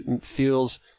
feels